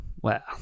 Wow